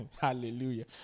Hallelujah